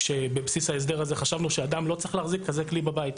בבסיס הסדר הזה חשבנו שאדם לא צריך להחזיק כזה כלי בבית,